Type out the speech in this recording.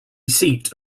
seat